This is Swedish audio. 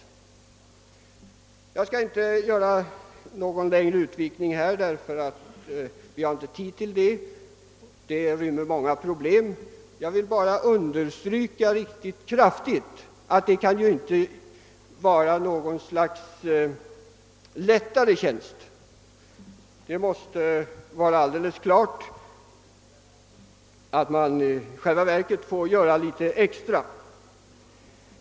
Jag skall emellertid inte nu göra någon längre utvikning i den frågan, ty vi har inte tid till det, och den rymmer också för många problem för det. Jag vill bara kraftigt understryka att alternativtjänsten inte skall vara något slags lättare tjänst. Det måste stå alldeles klart att dessa ungdomar i själva verket får göra något mer än andra värnpliktiga.